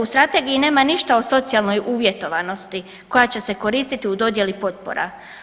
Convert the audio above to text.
U strategiji nema ništa o socijalnoj uvjetovanosti koja će se koristiti u dodjeli potpora.